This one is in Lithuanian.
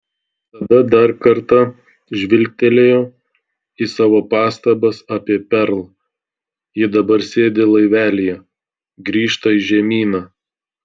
tada dar kartą žvilgtelėjo į savo pastabas apie perl ji dabar sėdi laivelyje grįžta į žemyną